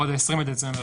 או עד ה-20 בדצמבר.